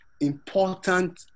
important